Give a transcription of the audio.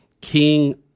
King